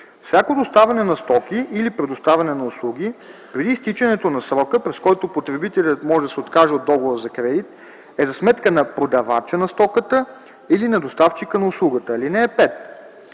Всяко доставяне на стоки или предоставяне на услуги преди изтичането на срока, през който потребителят може да се откаже от договора за кредит, е за сметка на продавача на стоката или на доставчика на услугата.